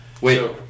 Wait